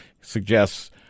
suggests